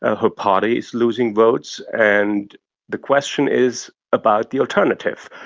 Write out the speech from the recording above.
ah her party is losing votes, and the question is about the alternative.